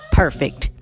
perfect